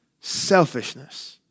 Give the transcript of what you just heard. selfishness